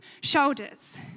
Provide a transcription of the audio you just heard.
shoulders